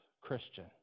Christian